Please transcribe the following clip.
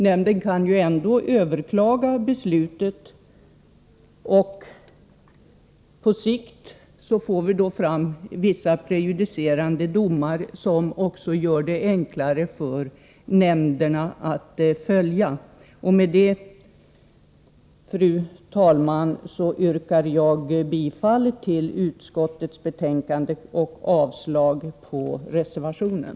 Nämnden kan ändå överklaga beslutet, och på sikt får vi då fram vissa prejudicerande domar, som det blir enklare för nämnderna att följa. Med detta, fru talman, yrkar jag bifall till utskottets hemställan och avslag på reservationen.